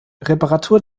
reparatur